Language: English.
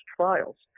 trials